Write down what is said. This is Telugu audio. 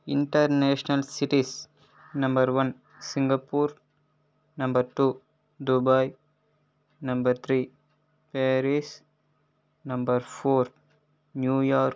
international cities number one Singapore number two Dubai number three Paris number four New York